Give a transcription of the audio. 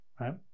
right